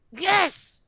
yes